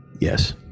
Yes